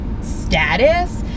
status